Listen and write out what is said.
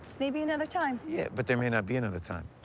maybe another time. yeah. but there may not be another time.